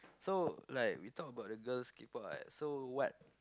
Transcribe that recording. so like we talk about the girls K-pop right so what